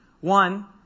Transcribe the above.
One